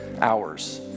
hours